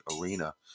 arena